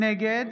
נגד